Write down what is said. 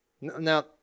Now